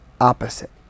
opposite